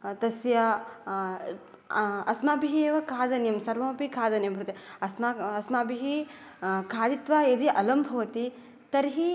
तस्य अस्माभिः एव खादनीयं सर्वमपि खादनीयं भवति अस्मा अस्माभिः खादित्वा यदि अलं भवति तर्हि